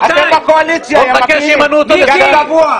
אתה צבוע.